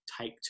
take